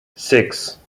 six